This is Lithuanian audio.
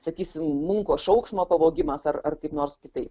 sakysime munko šauksmo pavogimas ar kaip nors kitaip